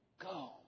Go